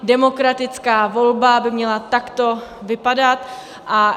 Demokratická volba by měla takto vypadat.